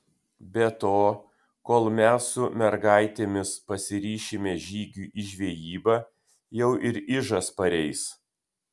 be to kol mes su mergaitėmis pasiryšime žygiui į žvejybą jau ir ižas pareis